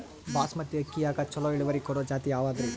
ಬಾಸಮತಿ ಅಕ್ಕಿಯಾಗ ಚಲೋ ಇಳುವರಿ ಕೊಡೊ ಜಾತಿ ಯಾವಾದ್ರಿ?